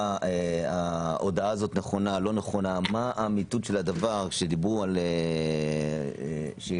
מה האמיתות של הדבר שדיברו שיוזז